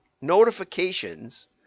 notifications